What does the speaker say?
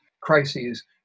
crises